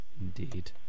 Indeed